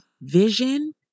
vision